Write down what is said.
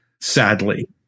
sadly